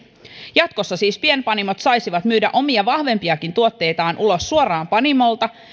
jatkossa siis pienpanimot saisivat myydä omia vahvempiakin tuotteitaan ulos suoraan panimolta